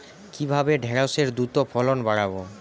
কিভাবে ঢেঁড়সের দ্রুত ফলন বাড়াব?